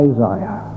Isaiah